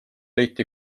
leiti